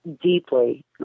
deeply